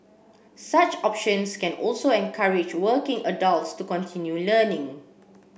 such options can also encourage working adults to continue learning